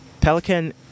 Pelican